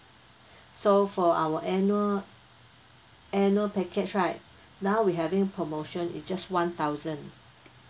so for our annual annual package right now we having promotion is just one thousand